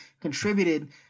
contributed